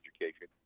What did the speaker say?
education